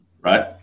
Right